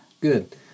Good